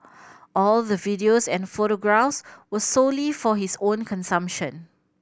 all the videos and photographs were solely for his own consumption